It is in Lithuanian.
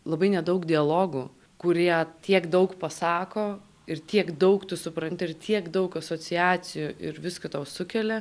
labai nedaug dialogų kurie tiek daug pasako ir tiek daug tu supranti ir tiek daug asociacijų ir viską tau sukelia